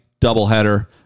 Doubleheader